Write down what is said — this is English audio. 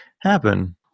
happen